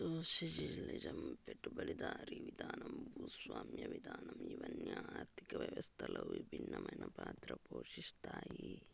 socialism పెట్టుబడిదారీ విధానం భూస్వామ్య విధానం ఇవన్ని ఆర్థిక వ్యవస్థలో భిన్నమైన పాత్ర పోషిత్తాయి